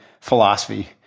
philosophy